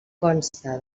consta